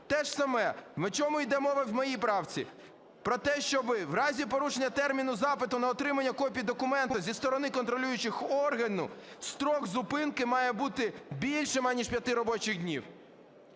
Те ж саме, що йде мова в моїй правці? Про те, що в разі порушення терміну запиту на отримання копії документу зі сторони контролюючого органу строк зупинки має бути більшим, аніж 5 робочих днів.